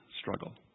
struggle